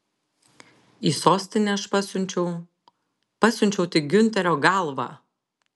į sostinę aš pasiunčiau pasiunčiau tik giunterio galvą